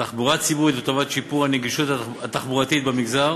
תחבורה ציבורית לטובת שיפור הנגישות התחבורתית במגזר